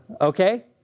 Okay